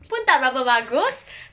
pun tak berapa bagu